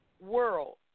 world